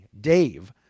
Dave